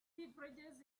beverages